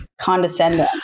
condescending